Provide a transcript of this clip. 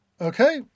Okay